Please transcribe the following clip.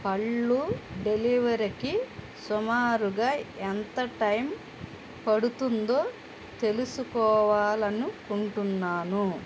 పళ్ళు డెలివరీకి సుమారుగా ఎంత టైం పడుతుందో తెలుసుకోవాలనుకుంటున్నాను